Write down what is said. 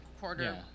quarter